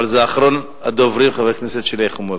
אבל אחרונת הדוברים, חברת הכנסת שלי יחימוביץ.